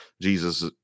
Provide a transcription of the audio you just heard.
Jesus